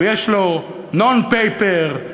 ויש לו non paper,